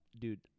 dude